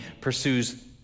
pursues